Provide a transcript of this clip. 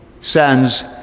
sends